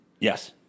Yes